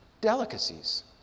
Delicacies